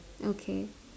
okay